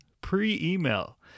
pre-email